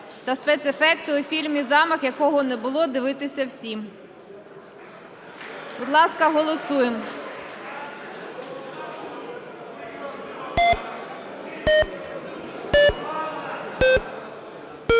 та спецефекти у фільмі "Замах, якого не було - дивитися всім". Будь ласка, голосуємо.